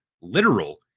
literal